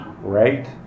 right